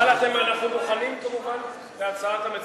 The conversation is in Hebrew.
אבל אנחנו מוכנים כמובן להצעת המציעים,